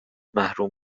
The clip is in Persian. محروم